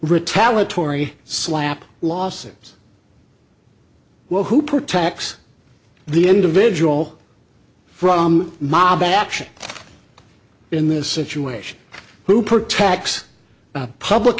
retaliate tory slap lawsuits well who protects the individual from mob action in this situation who pro tax public